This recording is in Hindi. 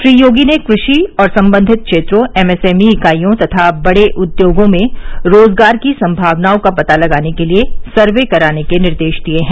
श्री योगी ने कृषि व संबंधित क्षेत्रों एमएसएमई इकाइयों तथा बड़े उद्योगों में रोजगार की संभावनाओं का पता लगाने के लिए सर्वे कराने के निर्देश दिए हैं